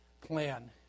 plan